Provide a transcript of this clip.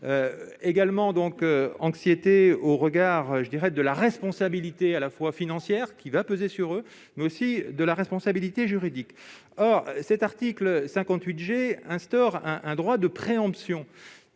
également de l'anxiété au regard de la responsabilité financière qui pèsera sur eux, mais aussi de la responsabilité juridique. Or cet article 58 G instaure un droit de préemption.